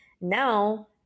now